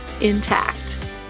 intact